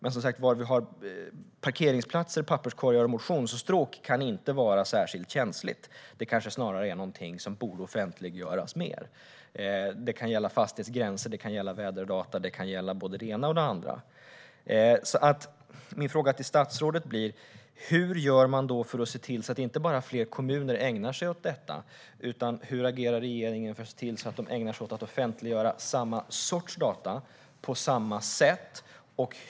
Men var vi har parkeringsplatser, papperskorgar och motionsstråk kan inte vara särskilt känsligt utan kanske snarare något som borde offentliggöras mer. Det kan gälla fastighetsgränser, väderdata och det ena och det andra. Min fråga till statsrådet blir: Hur agerar regeringen för att se till att inte bara fler kommuner ägnar sig åt detta utan att de även ägnar sig åt att offentliggöra samma sorts data på samma sätt?